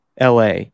LA